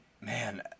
Man